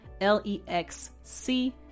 L-E-X-C